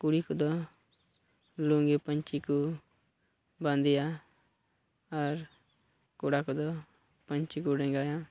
ᱠᱩᱲᱤ ᱠᱚᱫᱚ ᱞᱩᱝᱜᱤ ᱯᱟᱹᱧᱪᱤ ᱠᱚ ᱵᱟᱸᱫᱮᱭᱟ ᱟᱨ ᱠᱚᱲᱟ ᱠᱚᱫᱚ ᱯᱟᱹᱧᱪᱤ ᱠᱚ ᱰᱮᱸᱜᱟᱭᱟ